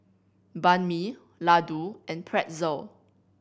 Banh Mi Ladoo and Pretzel